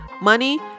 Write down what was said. Money